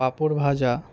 পাঁপড় ভাজা